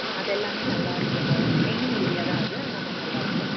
அதெல்லாமே நல்லா இருக்கும்ங்க மெயின் ஏரியா தான் அது அதனால நல்லாயிருக்கும்